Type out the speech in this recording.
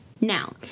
Now